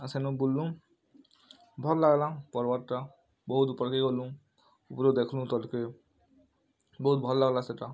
ସେଦିନ ଗଲୁ ଭଲ ଲାଗିଲା ପର୍ବତଟା ବହୁତ ଉପରେ କେ ଗଲୁ ଉପରୁ ଦେଖୁଲୁ ତଳକେ ବହୁତ ଭଲ ଲାଗିଲା ସେଇଟା